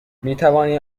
میتوانی